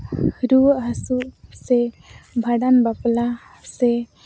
ᱨᱩᱣᱟᱹᱜᱼᱦᱟᱹᱥᱩᱜ ᱥᱮ ᱵᱷᱟᱸᱰᱟᱱ ᱵᱟᱯᱞᱟ ᱥᱮ